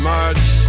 March